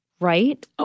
right